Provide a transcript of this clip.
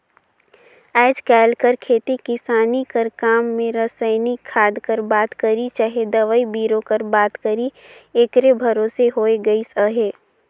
आएज काएल कर खेती किसानी कर काम में रसइनिक खाद कर बात करी चहे दवई बीरो कर बात करी एकरे भरोसे होए गइस अहे